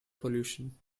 pollution